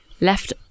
left